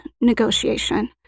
negotiation